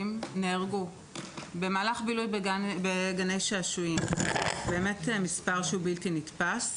זהו מספר בלתי נתפס.